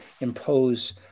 impose